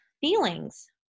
feelings